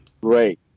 Great